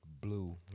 blue